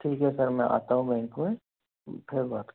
ठीक है सर मैं आता हूँ बैंक में ठीक है